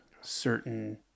certain